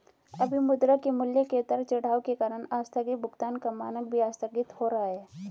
अभी मुद्रा के मूल्य के उतार चढ़ाव के कारण आस्थगित भुगतान का मानक भी आस्थगित हो रहा है